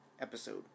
episode